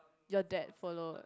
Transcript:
your dad follow